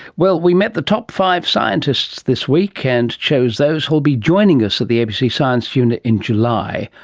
well, we met the top five scientists this week and chose those who will be joining us at the abc science unit in july.